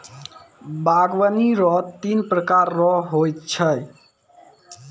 बागवानी रो तीन प्रकार रो हो छै